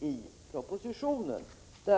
i propositionen.